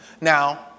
now